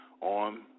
on